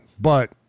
but-